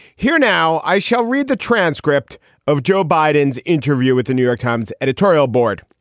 here now i shall read the transcript of joe biden's interview with the new york times editorial board.